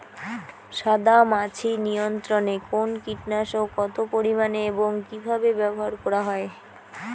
সাদামাছি নিয়ন্ত্রণে কোন কীটনাশক কত পরিমাণে এবং কীভাবে ব্যবহার করা হয়?